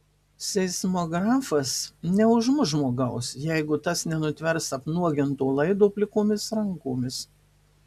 seismografas neužmuš žmogaus jeigu tas nenustvers apnuoginto laido plikomis rankomis